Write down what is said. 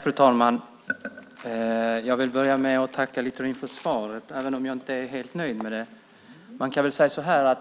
Fru talman! Jag vill börja med att tacka Littorin för svaret, även om jag inte är helt nöjd med det. Man kan säga att